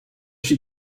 she